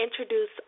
Introduce